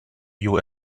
you